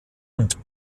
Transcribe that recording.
und